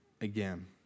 again